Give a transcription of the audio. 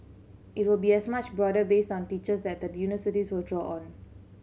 it will be as much broader based on teachers that the universities will draw on